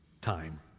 Time